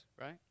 right